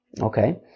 Okay